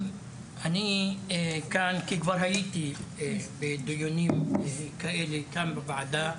אני כאן כי כבר הייתי בדיונים כאלה כאן בוועדה.